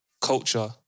culture